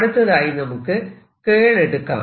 അടുത്തതായി നമുക്ക് കേൾ എടുക്കാം